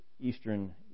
eastern